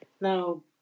Now